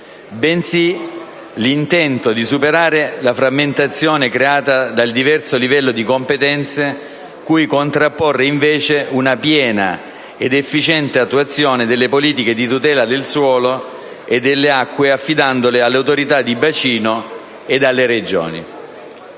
bensì l'intento di superare la frammentazione creata dal diverso livello di competenze cui contrapporre invece una piena ed efficiente attuazione delle politiche di tutela del suolo e delle acque, affidandole alle autorità di bacino e alle Regioni.